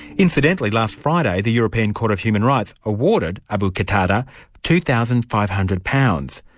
incidentally, last friday the european court of human rights awarded abu qatada two thousand five hundred pounds.